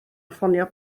ffonio